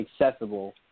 accessible